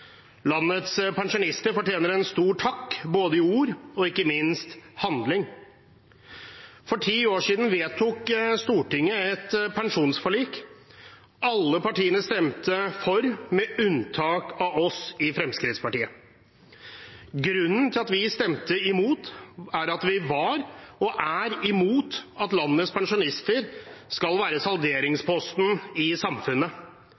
Landets pensjonister fortjener en stor takk både i ord og ikke minst i handling. For ti år siden vedtok Stortinget et pensjonsforlik. Alle partiene stemte for, med unntak av oss i Fremskrittspartiet. Grunnen til at vi stemte imot, er at vi var og er imot at landets pensjonister skal være salderingsposten i samfunnet.